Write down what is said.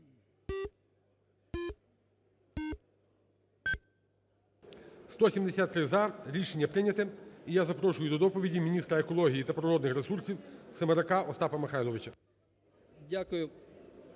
За-173 Рішення прийнято. І я запрошую до доповіді міністра екології та природних ресурсів Семерака Остапа Михайловича.